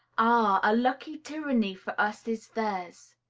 ah! a lucky tyranny for us is theirs.